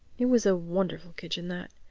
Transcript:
it was a wonderful kitchen, that.